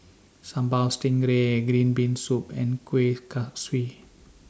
Sambal Dtingray Green Bean Soup and Kuih Kaswi